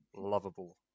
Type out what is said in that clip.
lovable